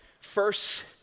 first